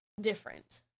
different